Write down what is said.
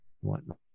whatnot